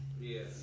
Yes